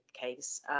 case